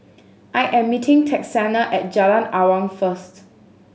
I am meeting Texanna at Jalan Awang first